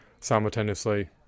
simultaneously